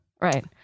right